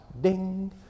ding